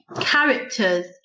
characters